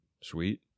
Sweet